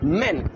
men